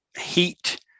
heat